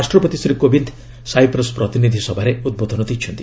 ରାଷ୍ଟ୍ରପତି ଶ୍ରୀ କୋବିନ୍ଦ ସାଇପ୍ରସ୍ ପ୍ରତିନିଧି ସଭାରେ ଉଦ୍ବୋଧନ ଦେଇଛନ୍ତି